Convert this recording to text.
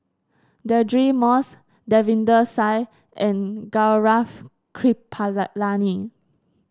Deirdre Moss Davinder and Gaurav Kripalani